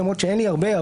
למרות שאין לי הרבה,